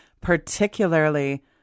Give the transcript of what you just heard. particularly